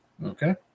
Okay